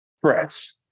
press